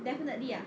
definitely ah